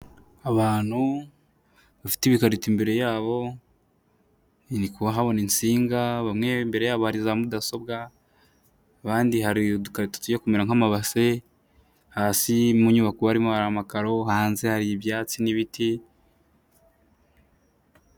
Abantu bafite ibikarito imbere yabo ndikuhabona insinga, bamwe imbere yabo hari za mudasobwa, abandi hari udikarito tugiye kumera nk'amabase, hasi mu nyubako harimo hari amakaro hanze hari ibyatsi n'ibiti.